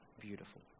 beautiful